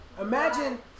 Imagine